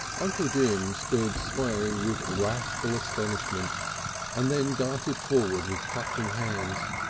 uncle jim stood swaying with wrathful astonishment and then darted forward with clutching hands.